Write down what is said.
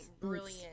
brilliant